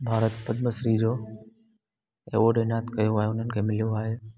भारत पदम श्री जो अवार्ड इनात कयो वियो आहे उन्हनि खे मिलियो आहे